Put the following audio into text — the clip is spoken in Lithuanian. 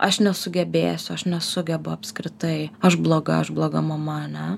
aš nesugebėsiu aš nesugebu apskritai aš bloga aš bloga mama ane